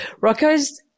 Rocco's